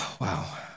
wow